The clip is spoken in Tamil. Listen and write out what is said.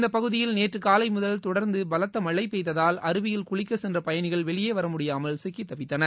இந்த பகுதியில் நேற்று காலை முதல் தொடர்ந்து பலத்த மழை பெய்ததால் அருவியில் குளிக்க சென்ற பயணிகள் வெளியே வரமுடியாமல் சிக்கி தவித்தனர்